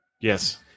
Yes